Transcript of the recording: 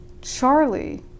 Charlie